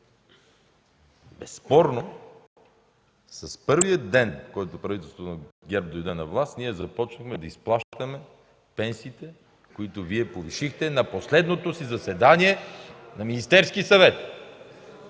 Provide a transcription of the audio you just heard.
Безспорно, от първия ден, в който правителството на ГЕРБ дойде на власт, ние започнахме да изплащаме пенсиите, които Вие повишихте на последното си заседание на Министерския съвет.